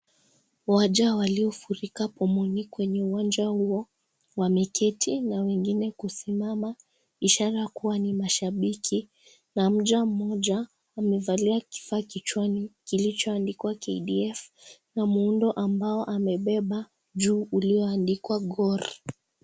Waja waliofurika pomoni. Kwenye uwanja huo wameketi na wengine kusimama ishara kuwa ni mashabiki na mja mmoja amevalia kifaa kichwani kilichoandikwa (cs)KDF(cs) na muundo ambao amebeba juu ulioandikwa (cs)GOR(cs).